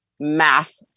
math